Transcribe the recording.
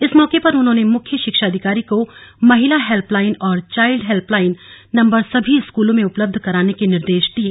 इस मौके पर उन्होंने मुख्य शिक्षा अधिकारी को महिला हेल्प लाइन और चाईल्ड हेल्प लाईन नम्बर सभी स्कूलों में उपलब्ध कराने के निर्देश दिये